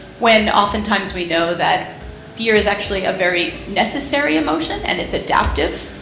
when oftentimes we know that fear is actually a very necessary emotion and its adaptive.